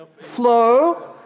flow